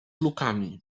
lukami